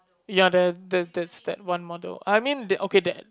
ya there there's that one model I mean okay that